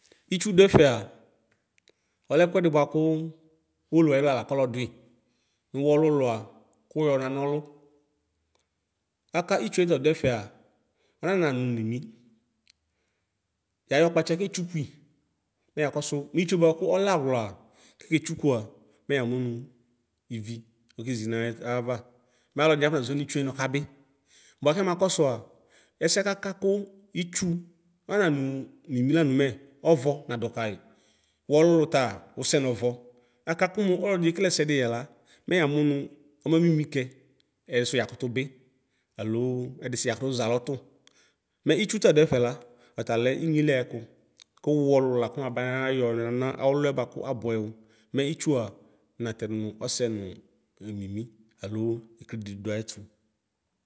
Itsʋ dʋ ɛfɛa ɔlɛ ɛkʋɛdi bʋakʋ ʋwolowʋ ayixla lakɔlɔ dui nʋ wɔlʋlʋa kɔyɔ nana ɔlʋ aka itsʋe tɔdʋ ɛfɛa ɔmanamʋ ɔmimi yayɔ kpatsa ketsʋkui meyakɔ mʋ itsʋe bʋakʋ ɔlɛ awla fetsʋkʋa mɛ yamʋ nʋ wi ɔbezi nayava mɛ alʋɛdini afɔnazɔ nʋ itsʋe ɔkabi nakabi bʋa kɛmakɔsʋa ɛsɛ kakakʋ itsʋnananʋ mimi lanʋ mɛ ɔvɔ nadʋ kayi wʋ ɔlʋlʋ ta wʋsɛ nʋ ɔvɔ aka kʋmʋ ɔlɔdiɛ ekele ɛsɛ diyɛ la mɛyamʋ nʋ ɔme minʋkɛ ɛdisʋ yakʋtʋ bi alo ɛdisʋ yakʋzɛ alɔtʋ mɛ itsʋ ta dʋ ɛfɛla ɔtalɛ inyeli ayɛkʋ kʋ wʋ ɔlʋ lʋ lakʋ banayɔ nana ɔlʋɛ bʋakʋ abʋɛ wʋ mɛ itsʋa nayɛ nʋ nʋ ɔsɛ nʋ yemimi alo kri di dʋ ayɛtʋ.